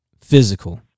physical